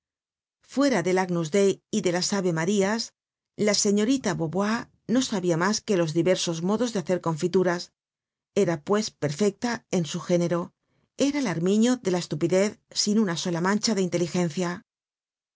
fuera del agnus dei y de las ave marías la señorita vaubois no sabia mas que los diversos modos de hacer confituras era pues perfecta en su género era el armiño de la estupidez sin una sola mancha de inteligencia